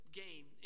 game